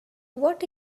what